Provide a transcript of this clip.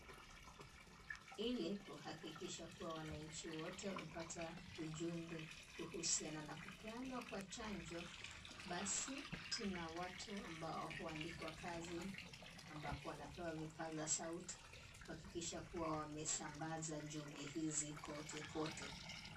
Hili ni kuhakikisha kuwa wananchi wote wamepata ujumbe kuhusiana na kupeanwa kwa chanjo. Basi, tuna watu ambao huandikwa kazi ambapo wanapewa vipaza sauti kuhakikisha kuwa wamesambaza jumbe hizi kote kote.